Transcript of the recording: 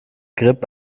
grip